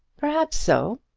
perhaps so.